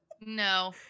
No